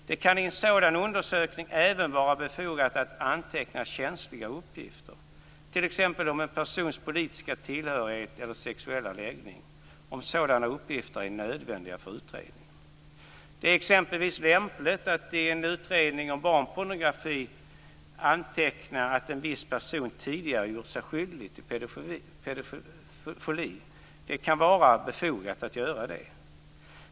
Det kan i en sådan undersökning även vara befogat att anteckna känsliga uppgifter, t.ex. om en persons politiska tillhörighet eller sexuella läggning, om sådana uppgifter är nödvändiga för utredningen. Det är exempelvis lämpligt att i en utredning om barnpornografi anteckna att en viss person tidigare har gjort sig skyldig till pedofili. Det kan vara befogat att göra det.